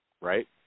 right